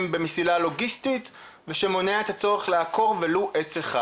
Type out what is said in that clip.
במסילה לוגיסטית ושמונע את הצורך לעקור ולו עץ אחד.